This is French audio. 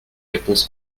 réponses